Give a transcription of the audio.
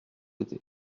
été